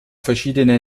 verschiedene